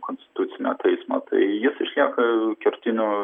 konstitucinio teismo tai jis išlieka kertiniu